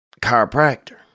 chiropractor